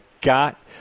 got